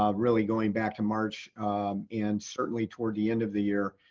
um really going back to march and certainly toward the end of the year,